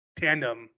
tandem